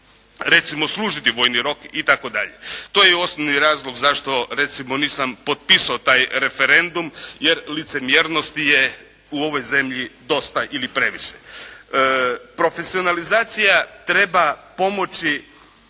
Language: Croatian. recimo služiti vojni rok itd. To je osnovno razlog zašto nisam potpisao taj referendum jer licemjernosti je u ovoj zemlji dosta ili previše. Profesionalizacija treba pomoći